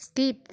skip